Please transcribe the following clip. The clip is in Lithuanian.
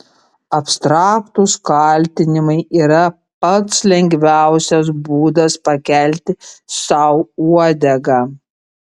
abstraktūs kaltinimai yra pats lengviausias būdas pakelti sau uodegą